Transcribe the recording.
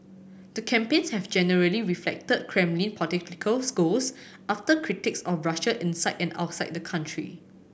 the campaigns have generally reflected Kremlin goals after critics of Russia inside and outside the country